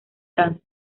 cáncer